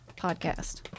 podcast